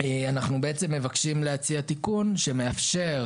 אנחנו מבקשים להציע תיקון שמאפשר